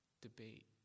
debate